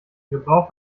gebrauch